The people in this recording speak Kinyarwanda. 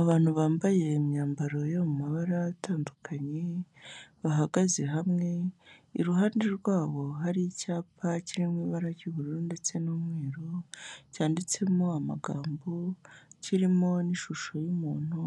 Abantu bambaye imyambaro yo mu mabara atandukanye bahagaze hamwe, i ruhande rwabo hari icyapa kirimo ibara ry'ubururu ndetse n'umweru cyanditsemo amagambo kirimo n'ishusho y'umuntu,